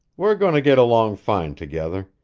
we're going to get along fine together.